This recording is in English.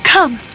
Come